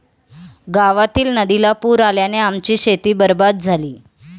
गावातील नदीला पूर आल्याने आमची शेती बरबाद झाली